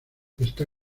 está